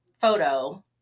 photo